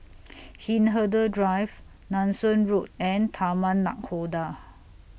Hindhede Drive Nanson Road and Taman Nakhoda